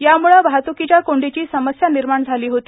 यामूळे वाहतूकीच्या कोंडीची समस्या निर्माण झाली होती